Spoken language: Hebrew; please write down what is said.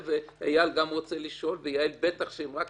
איל גם רוצה לשאול, ויעל בטח שאם אני רק